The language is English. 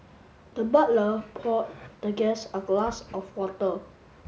the butler poured the guest a glass of water